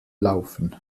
laufen